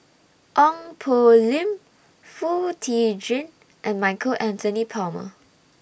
Ong Poh Lim Foo Tee Jun and Michael Anthony Palmer